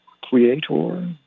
creator